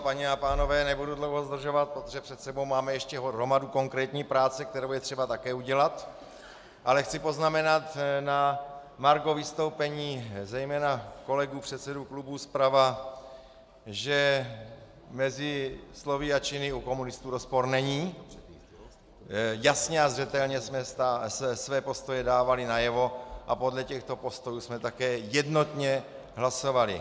Paní a pánové, nebudu dlouho zdržovat, protože před sebou máme ještě hromadu konkrétní práce, kterou je třeba také udělat, ale chci poznamenat na margo vystoupení zejména kolegů předsedů klubů zprava, že mezi slovy a činy u komunistů rozpor není, jasně a zřetelně jsme své postoje dávali najevo a podle těchto postojů jsme také jednotně hlasovali.